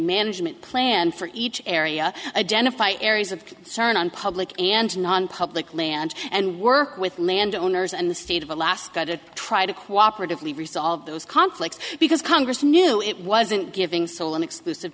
management plan for each area identify areas of concern on public and on public lands and work with landowners and the state of alaska to try to cooperate if we resolve those conflicts because congress knew it wasn't giving sole and exclusive